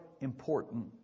important